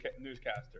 newscaster